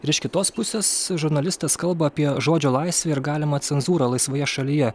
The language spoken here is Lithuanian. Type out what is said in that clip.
ir iš kitos pusės žurnalistas kalba apie žodžio laisvę ir galimą cenzūrą laisvoje šalyje